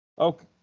Okay